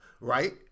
right